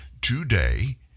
today